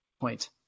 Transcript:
point